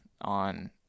on